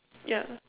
yup